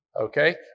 Okay